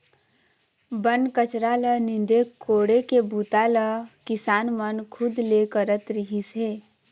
बन कचरा ल नींदे कोड़े के बूता ल किसान मन खुद ले करत रिहिस हे